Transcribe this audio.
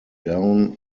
down